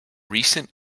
recent